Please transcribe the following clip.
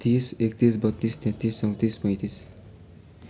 तिस एकतिस बत्तिस तेत्तिस चौतिस पैँतिस